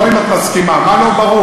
לא אם את מסכימה, מה לא ברור?